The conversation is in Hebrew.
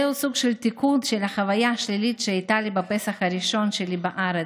זהו סוג של תיקון של החוויה השלילית שהייתה לי בפסח הראשון שלי בארץ,